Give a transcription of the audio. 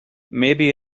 maybe